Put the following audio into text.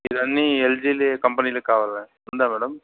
ఇవ్వన్నీ ఎల్జీ కంపనీవే కావాలి ఉందా మ్యాడమ్